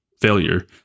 failure